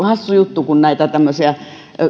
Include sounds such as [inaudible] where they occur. [unintelligible] hassu juttu kun näitä tämmöisiä